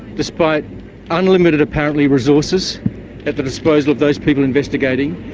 despite unlimited, apparently, resources at the disposal of those people investigating,